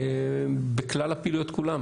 בכלל הפעילויות כולן.